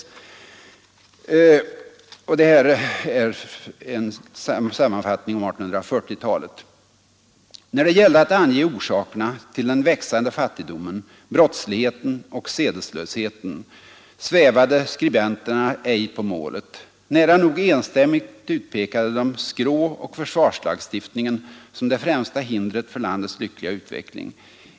Det är en sammanfattning om 1840-talet: ”När det gällde att ange orsakerna till den växande fattigdomen, brottsligheten och sedeslösheten svävade skribenterna ej på målet. Nära nog enstämmigt utpekade de skråoch försvarslagstiftningen som det främsta hindret för landets lyckliga utveckling.